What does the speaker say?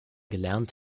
gelernt